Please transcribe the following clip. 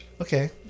okay